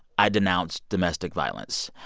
i denounce domestic violence.